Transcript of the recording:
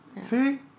See